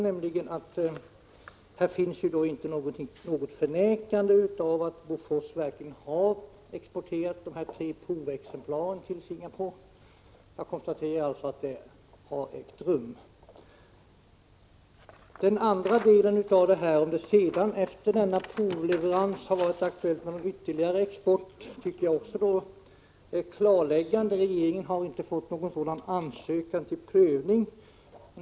Där finns inte något förnekande av att Bofors verkligen har exporterat tre provexemplar av Haubits 77 till Singapore. Jag konstaterar alltså att den exporten har ägt rum. Svaret på den andra delen av min fråga — om det efter dessa provleveranser har varit aktuellt med ytterligare export — är också klarläggande. Regeringen har inte fått någon sådan ansökan till prövning.